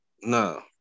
no